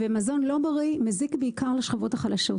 ומזון לא בריא מזיק בעיקר לשכבות החלשות,